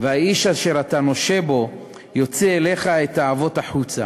והאיש אשר אתה נושה בו יוציא אליך את העבוט החוצה.